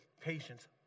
patience